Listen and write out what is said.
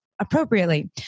appropriately